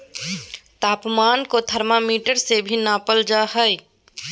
तापमान के थर्मामीटर से भी नापल जा हइ